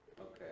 Okay